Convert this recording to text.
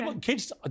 Kids